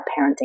parenting